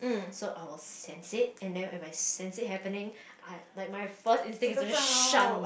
so I will sense it and then if I sense it happening I like my first instinct is to shun